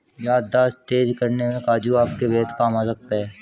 याददाश्त तेज करने में काजू आपके बेहद काम आ सकता है